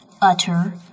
utter